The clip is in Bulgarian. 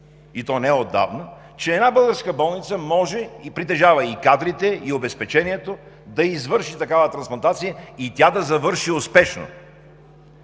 и беше неотдавна, че една българска болница може, притежава и кадрите, и обезпечението да извърши такава трансплантация и тя да завърши успешно.